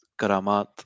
karamat